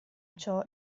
ciò